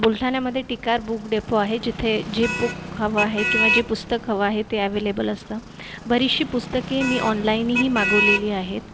बुलढाण्यामध्ये Tikar book depot आहे जिथे जे बूक हवं आहे किंवा जे पुस्तक हवं आहे ते एवेलेबल असतं बरीचशी पुस्तके मी ऑनलाइनही मागवलेली आहेत